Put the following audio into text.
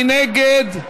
מי נגד?